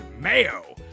Mayo